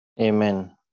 Amen